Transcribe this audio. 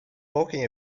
talking